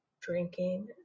Drinking